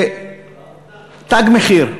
"תג מחיר"